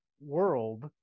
world